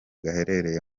gaherereye